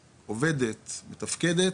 עובדת, מתפקדת,